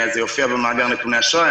זה יופיע במאגר נתוני אשראי.